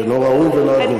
זה לא ראוי ולא הגון.